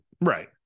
Right